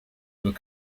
were